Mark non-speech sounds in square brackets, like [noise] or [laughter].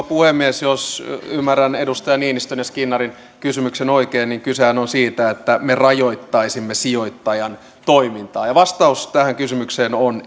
[unintelligible] puhemies jos ymmärrän edustaja niinistön ja edustaja skinnarin kysymyksen oikein niin kysehän on siitä että me rajoittaisimme sijoittajan toimintaa vastaus tähän kysymykseen on [unintelligible]